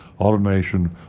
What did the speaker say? Automation